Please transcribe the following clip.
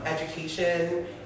education